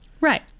Right